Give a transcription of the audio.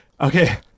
Okay